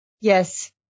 Yes